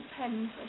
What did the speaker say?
depends